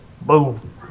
boom